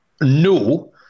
no